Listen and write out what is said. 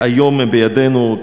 היום היא בידינו,